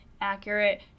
accurate